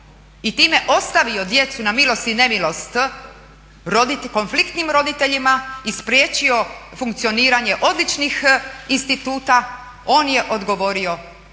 i time ostavio djecu na milost i nemilost konfliktnim roditeljima i spriječio funkcioniranje odličnih instituta on je odgovorio